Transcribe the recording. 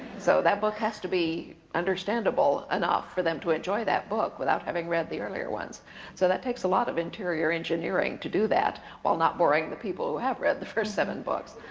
so that book has to be understandable enough for them to enjoy that book without having read the earlier ones. so that takes a lot of interior engineering to do that while not boring the people who have read the first seven books.